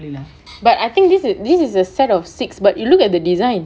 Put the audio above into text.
but I think this is this is a set of six but you look at the design